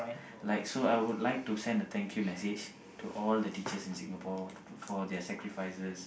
like so I would like to send a thank you message to all the teachers in Singapore for their sacrifices